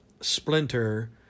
Splinter